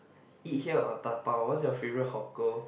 eat here or dabao what's your favorite hawker